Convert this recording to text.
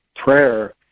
prayer